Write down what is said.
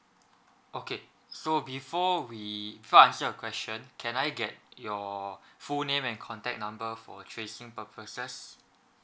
okay so before we before I answer question can I get your full name and contact number for tracing purposes